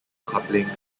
coupling